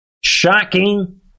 Shocking